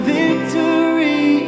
victory